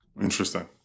Interesting